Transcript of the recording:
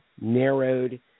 narrowed